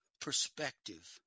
perspective